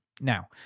Now